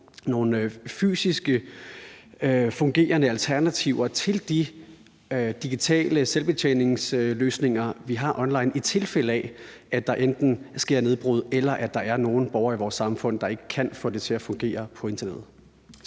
nogle fysisk fungerende alternativer til de digitale selvbetjeningsløsninger, vi har online, i tilfælde af at der enten sker nedbrud, eller at der er nogle borgere i vores samfund, der ikke kan få det til at fungere på internettet.